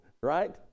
right